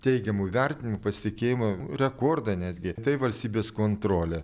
teigiamų įvertinimų pasitikėjimo rekordą netgi tai valstybės kontrolė